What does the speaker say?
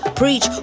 preach